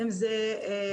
אם זה הרלב"ד,